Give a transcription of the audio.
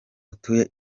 atuye